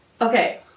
Okay